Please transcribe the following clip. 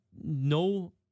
no